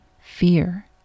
fear